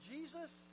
Jesus